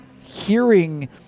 hearing